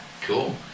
Cool